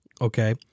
okay